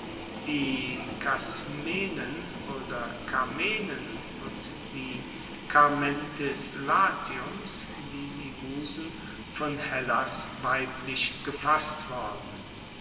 die casmenen oder camenen und die carmentis latiums wie die musen von hellas weiblich gefasst worden